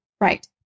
right